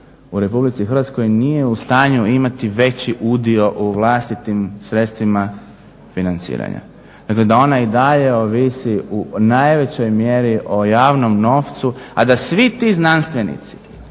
u Republici Hrvatskoj nije u stanju imati veći udio u vlastitim sredstvima financiranja nego da ona i dalje ovisi u najvećoj mjeri o javnom novcu, a da svi ti znanstvenici,